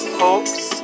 hopes